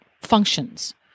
functions